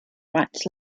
rights